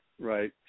right